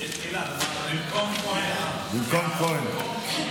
במקום כוהן.